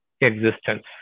existence